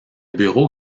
bureau